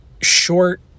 short